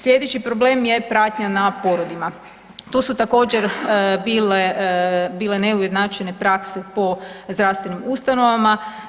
Sljedeći problem je pratnja na porodima, to su također bile neujednačene prakse po zdravstvenim ustanovama.